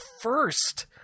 first